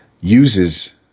uses